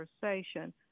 conversation